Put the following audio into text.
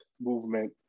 Movement